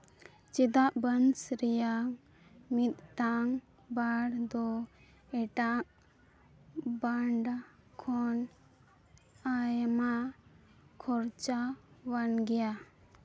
ᱪᱮᱫᱟᱜ ᱵᱟᱱᱥ ᱨᱮᱭᱟᱜ ᱢᱤᱫᱴᱟᱱ ᱵᱨᱟᱱᱰ ᱫᱚ ᱮᱴᱟᱜ ᱵᱨᱟᱱᱰ ᱠᱷᱚᱱ ᱟᱭᱢᱟ ᱠᱷᱚᱨᱪᱟᱣᱟᱱ ᱜᱮᱭᱟ